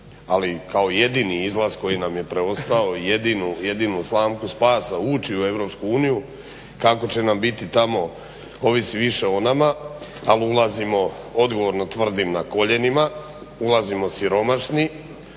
ali kao jedini izlaz koji nam je preostao, jedinu slamku spasa ući u EU, kako će nam biti tamo ovisi više o nama a ulazimo odgovorno tvrdim na koljenima, ulazimo siromašni,